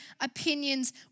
opinions